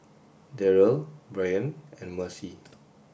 Deryl Bryn and Mercy